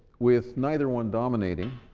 with neither one dominating,